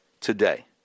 today